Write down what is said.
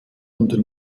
und